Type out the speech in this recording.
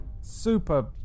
super